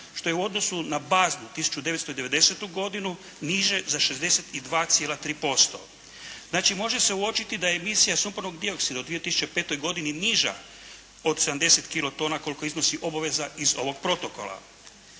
što je u odnosu na baznu 1990. godinu niže za 62,3%. Znači može se uočiti da je emisija sumpornog dioksida u 2005. godini niža od 70 kilotona koliko iznosi obaveza iz ovog protokola.